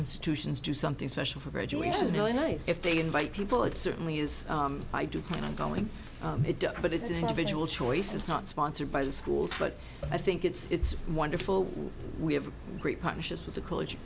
institutions do something special for graduation really nice if they invite people it certainly is i do plan on going but it's an individual choice it's not sponsored by the schools but i think it's wonderful we have a great partnership with the college